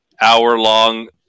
hour-long